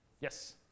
Yes